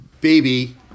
baby